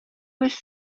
was